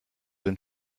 den